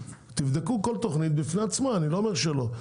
תבדקו כל תוכנית בפני עצמה, אני לא אומר שלא.